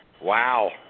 Wow